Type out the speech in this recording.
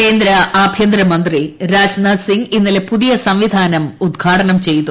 കേന്ദ്ര ആഭ്യന്തര മന്ത്രി രാജ്നാഥ് സിങ്ങ് ഇന്നലെ പുതിയ സംവിധാനം ഉദ്ഘാടനം ചെയ്തു